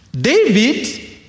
David